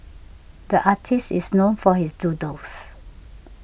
the artist is known for his doodles